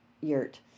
yurt